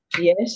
Yes